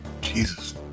Jesus